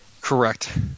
Correct